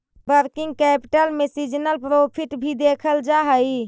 working capital में seasonal profit भी देखल जा हई